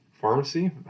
pharmacy